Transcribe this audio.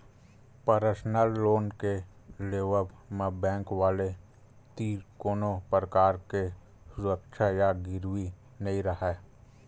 personal loan के लेवब म बेंक वाले तीर कोनो परकार के सुरक्छा या गिरवी नइ राहय